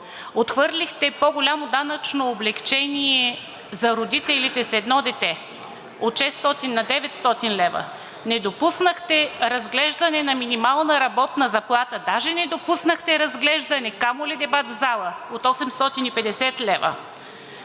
отхвърлихте по-голямо данъчно облекчение за родителите с едно дете – от 600 на 900 лв., не допуснахте разглеждане на минимална работна заплата от 850 лв., даже не допуснахте разглеждане, камо ли дебат в зала! Като